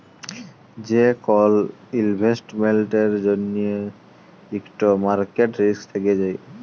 যে কল ইলভেস্টমেল্টের জ্যনহে ইকট মার্কেট রিস্ক থ্যাকে যায়